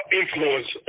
influence